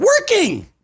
working